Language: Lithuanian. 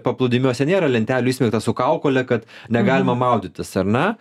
paplūdimiuose nėra lentelių įsmeigta su kaukole kad negalima maudytis ar ne